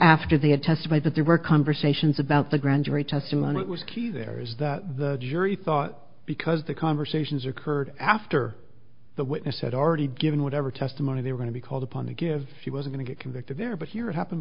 after they had testified that there were conversations about the grand jury testimony that was key there is that the jury thought because the conversations occurred after the witness had already given whatever testimony they were going to be called upon to give she was going to get convicted there but here it happened